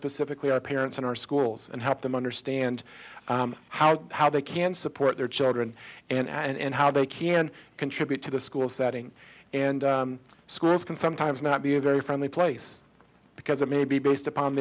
specifically our parents in our schools and help them understand how how they can support their children and how they can contribute to the school setting and schools can sometimes not be a very friendly place because it may be based upon